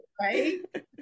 right